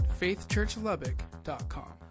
faithchurchlubbock.com